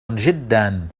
جدا